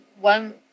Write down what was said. one